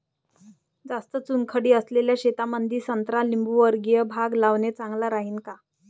जास्त चुनखडी असलेल्या शेतामंदी संत्रा लिंबूवर्गीय बाग लावणे चांगलं राहिन का?